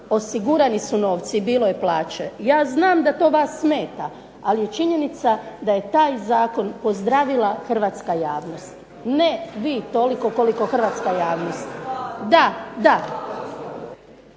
osigurani su novci i bilo je plaće. Ja znam da to vas smeta, ali je činjenica da je taj zakon pozdravila hrvatska javnost, ne vi toliko koliko hrvatska javnost. …